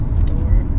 store